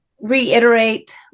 reiterate